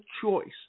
choice